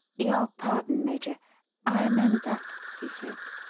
your pardon, major i amend that, he said.